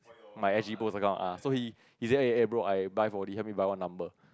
my S_G pools account ah so he say eh eh bro I buy four-D help me buy one number